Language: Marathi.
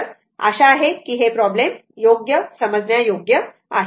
तर आशा आहे की हा प्रॉब्लेम योग्य ते समजण्यायोग्य आहे